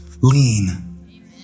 lean